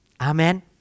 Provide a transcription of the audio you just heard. Amen